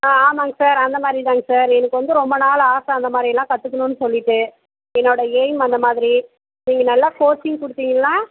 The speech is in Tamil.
ஆ ஆமாங்க சார் அந்த மாதிரி தாங்க சார் எனக்கு வந்து ரொம்ப நாள் ஆசை அந்த மாதிரிலாம் கற்றுக்கணுன்னு சொல்லிவிட்டு என்னோடய எய்ம் அந்த மாதிரி நீங்கள் நல்லா கோச்சிங் கொடுத்தீங்கன்னா